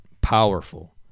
powerful